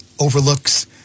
overlooks